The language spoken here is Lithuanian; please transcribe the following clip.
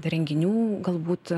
renginių galbūt